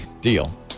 Deal